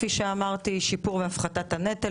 שיפור והפחתת הנטל.